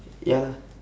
ya lah